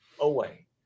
away